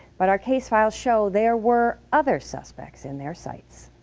but our case file show there were other suspects in their sights.